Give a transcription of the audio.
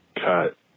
Cut